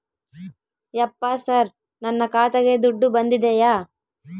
ಯಪ್ಪ ಸರ್ ನನ್ನ ಖಾತೆಗೆ ದುಡ್ಡು ಬಂದಿದೆಯ?